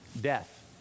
death